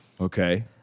Okay